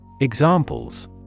Examples